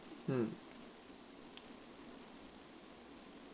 um